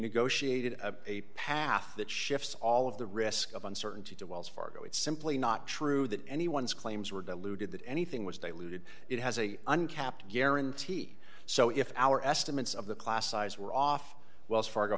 negotiated a path that shifts all of the risk of uncertainty to wells fargo it's simply not true that anyone's claims were deluded that anything was diluted it has a uncapped guarantee so if our estimates of the class size were off wells fargo